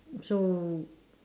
so